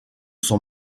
son